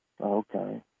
Okay